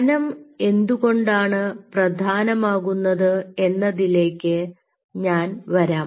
കനം എന്തുകൊണ്ടാണ് പ്രധാനമാകുന്നത് എന്നതിലേക്ക് ഞാൻ വരാം